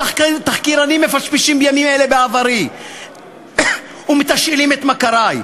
תחקירנים מפשפשים בימים אלה בעברי ומתשאלים את מכרי,